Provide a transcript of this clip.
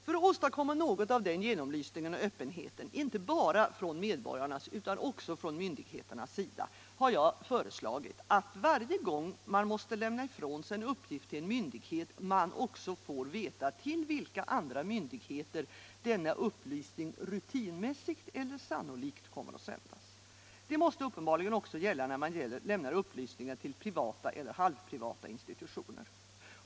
För att åstadkomma något av den genomlysningen och öppenheten, inte bara från medborgarnas sida utan också från myndigheternas sida, har jag föreslagit att varje gång man måste lämna ifrån sig en uppgift till en myndighet, man också får veta till vilka andra myndigheter denna upplysning rutinmässigt eller sannolikt kommer att sändas. Detta måste uppenbarligen också gälla när man lämnar upplysningar till privata eller halvprivata institutioner.